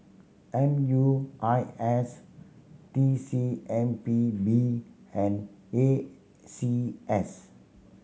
M U I S T C M P B and A C S